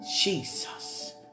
Jesus